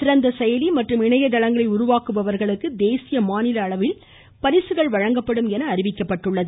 சிறந்த செயலி மற்றும் இணையதளங்களை உருவாக்குபவர்களுக்கு தேசிய மாநில அளவில் பரிசுகள் வழங்கப்படும் என அறிவிக்கப்பட்டுள்ளது